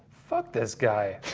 fuck this guy.